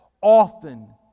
often